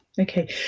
okay